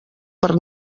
per